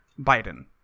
Biden